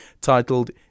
titled